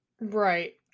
Right